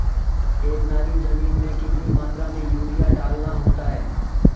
एक नाली जमीन में कितनी मात्रा में यूरिया डालना होता है?